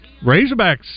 Razorbacks